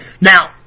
Now